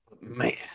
Man